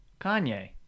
Kanye